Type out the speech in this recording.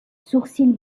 sourcils